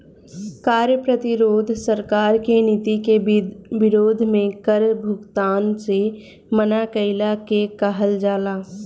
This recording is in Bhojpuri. कार्य प्रतिरोध सरकार के नीति के विरोध में कर भुगतान से मना कईला के कहल जाला